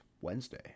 Wednesday